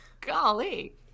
Golly